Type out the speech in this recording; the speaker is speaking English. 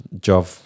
job